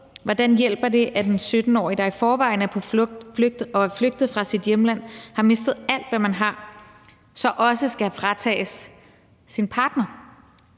Hvordan hjælper det, at en 17-årig, der i forvejen er på flugt, er flygtet fra sit hjemland og har mistet alt, hvad den 17-årige har, også skal fratages sin partner?